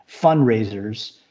fundraisers